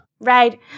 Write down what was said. Right